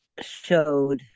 showed